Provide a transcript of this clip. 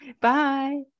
Bye